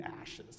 ashes